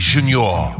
Junior